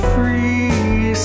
free